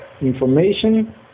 information